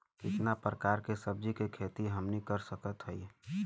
कितना प्रकार के सब्जी के खेती हमनी कर सकत हई?